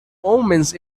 omens